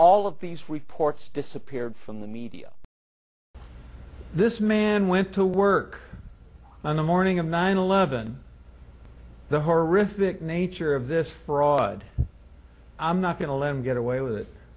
all of these reports disappeared from the media this man went to work on the morning of nine eleven the horrific nature of this fraud i'm not going to let him get away with it